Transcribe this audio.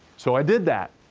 so i did that.